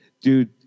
dude